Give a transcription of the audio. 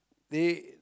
they